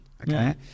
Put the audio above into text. okay